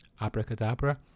Abracadabra